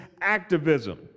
activism